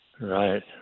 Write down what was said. Right